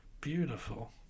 Beautiful